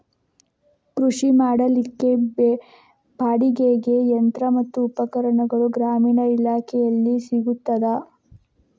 ಕೃಷಿ ಮಾಡಲಿಕ್ಕೆ ಬಾಡಿಗೆಗೆ ಯಂತ್ರ ಮತ್ತು ಉಪಕರಣಗಳು ಗ್ರಾಮೀಣ ಇಲಾಖೆಯಿಂದ ಸಿಗುತ್ತದಾ?